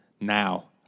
now